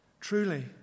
truly